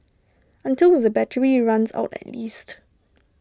until the battery runs out at least